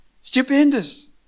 Stupendous